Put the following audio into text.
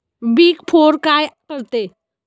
Big four काय करते?